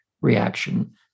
reaction